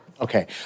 Okay